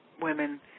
women